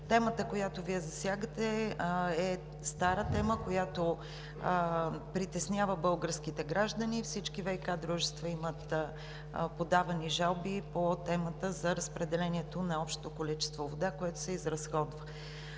Темата, която Вие засягате, е стара тема, която притеснява българските граждани. До всички ВиК дружества имат подавани жалби по темата за разпределението на общото количество вода, което се изразходва.